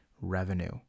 revenue